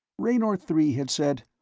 raynor three had said,